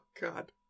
God